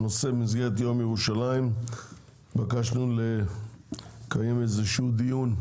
במסגרת יום ירושלים התבקשנו לקיים איזשהו דיון,